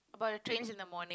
about the trains in the morning